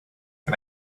can